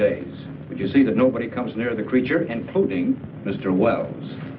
days if you see that nobody comes near the creature including mr wells